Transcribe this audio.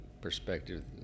perspective